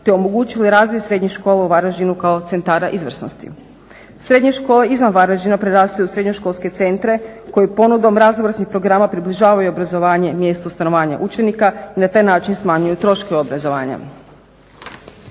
te omogućili razvoj srednjih škola u Varaždinu kao centara izvrsnosti. Srednje škole izvan Varaždina prerastaju u srednjoškolske centre koji ponudom raznovrsnih programa približavaju obrazovanje mjestu stanovanja učenika i na taj način smanjuju troškove obrazovanja.